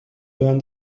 learn